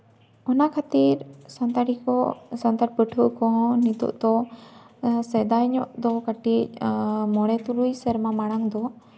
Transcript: ᱚᱱᱟ ᱠᱷᱟᱹᱛᱤᱨ ᱥᱟᱱᱛᱟᱲᱤ ᱠᱚ ᱥᱟᱱᱛᱟᱲ ᱯᱟᱹᱴᱷᱩᱣᱟᱹ ᱠᱚᱦᱚᱸ ᱱᱤᱛᱚᱜ ᱫᱚ ᱥᱮᱫᱟᱭ ᱧᱚᱜ ᱫᱚ ᱠᱟᱹᱴᱤᱡ ᱢᱚᱬᱮ ᱛᱩᱨᱩᱭ ᱥᱮᱨᱢᱟ ᱢᱟᱲᱟᱝ ᱫᱚ